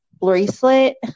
bracelet